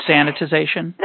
Sanitization